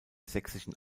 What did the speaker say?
sächsischen